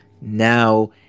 now